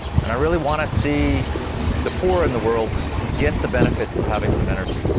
and i really want to see the poor in the world get the benefits of having some energy.